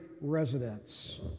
residents